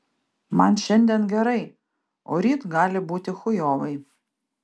man šiandien gerai o ryt gali būti chujovai